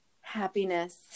happiness